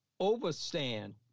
overstand